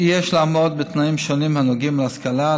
יש לעמוד בתנאים שונים הנוגעים להשכלה,